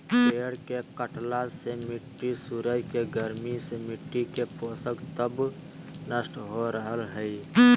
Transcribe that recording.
पेड़ के कटला से मिट्टी सूरज के गर्मी से मिट्टी के पोषक तत्व नष्ट हो रहल हई